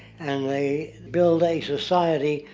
and they built a society,